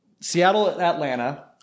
Seattle-Atlanta